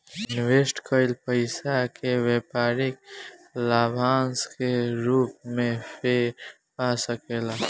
invest कईल पइसा के व्यापारी लाभांश के रूप में फेर पा सकेले